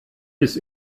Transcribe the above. bis